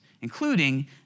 including